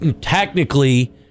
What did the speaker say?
technically